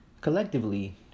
collectively